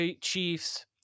Chiefs